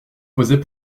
posait